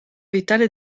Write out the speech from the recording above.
vitale